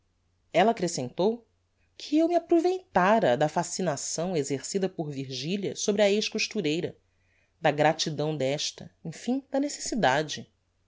ella accrescentou que eu me aproveitára da fascinação exercida por virgilia sobre a ex costureira da gratidão desta emfim da necessidade